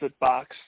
box